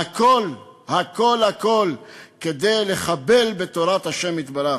והכול הכול הכול כדי לחבל בתורת ה' יתברך.